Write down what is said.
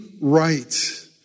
right